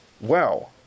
wow